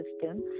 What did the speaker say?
system